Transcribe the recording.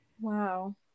Wow